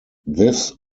this